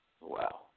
Wow